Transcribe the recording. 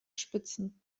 spitzen